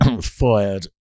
fired